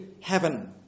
heaven